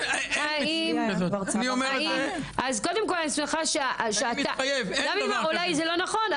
גם אם אולי זה לא נכון,